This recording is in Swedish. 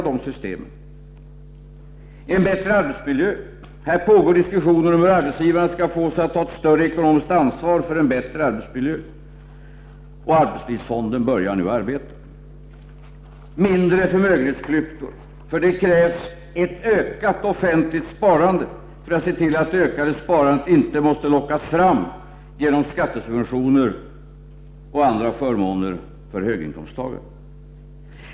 Det pågår diskussioner om hur arbetsgivarna skall fås att ta ett större ekonomiskt ansvar för en bättre arbetsmiljö, och arbetslivsfonden börjar nu arbeta. För att åstadkomma mindre förmögenhetsklyftor krävs ett ökat offentligt sparande för att se till att ett ökat sparande inte måste lockas fram genom skattesubventioner och andra förmåner för höginkomsttagare.